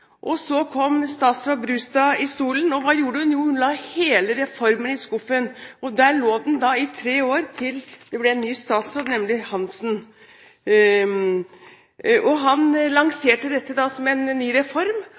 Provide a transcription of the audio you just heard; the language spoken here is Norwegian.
og så kom statsråd Brustad i stolen. Og hva gjorde hun? Jo, hun la hele reformen i skuffen, og der lå den i tre år til det ble en ny statsråd, nemlig Hanssen. Han lanserte dette da som en ny reform,